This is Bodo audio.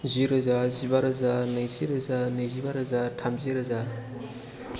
जि रोजा जिबा रोजा नैजि रोजा नैजिबा रोजा थामजि रोजा